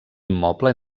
immoble